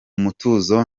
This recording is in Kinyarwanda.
mutuzo